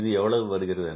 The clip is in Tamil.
இது எவ்வளவு வருகிறது